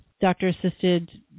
doctor-assisted